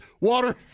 water